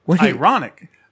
Ironic